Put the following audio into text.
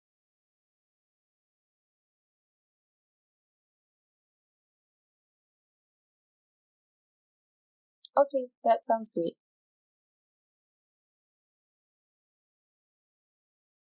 okay that sounds great